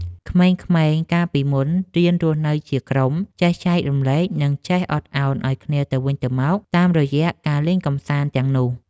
ក្មេងៗកាលពីមុនរៀនរស់នៅជាក្រុម ចេះចែករំលែក និងចេះអត់ឱនឱ្យគ្នាទៅវិញទៅមកតាមរយៈការលេងកម្សាន្តទាំងនោះ។